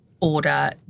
order